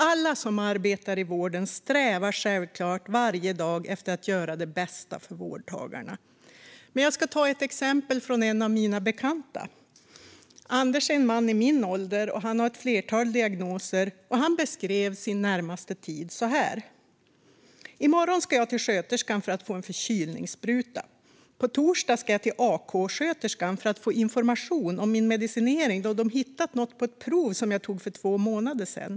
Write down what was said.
Alla som arbetar i vården strävar självklart varje dag efter att göra det bästa för vårdtagarna. Jag vill dock ta upp ett exempel från en av mina bekanta. Anders är en man i min ålder. Han har ett flertal diagnoser och beskrev sin närmaste framtid så här: I morgon ska jag till sköterskan för att få en förkylningsspruta. På torsdag ska jag till AK-sköterskan för att få information om min medicinering, då de hittat något på ett prov som togs för två månader sedan.